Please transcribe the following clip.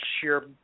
sheer